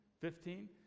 Fifteen